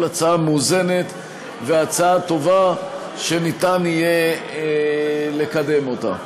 הצעה מאוזנת והצעה טובה שיהיה אפשר לקדם אותה.